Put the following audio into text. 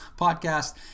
Podcast